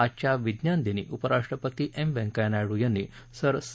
आजच्या विज्ञानदिनी उपराष्ट्रपती एम व्यंकय्या नायडू यांनी सर सी